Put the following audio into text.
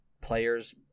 players